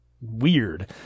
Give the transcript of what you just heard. weird